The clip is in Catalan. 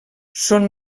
són